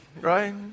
right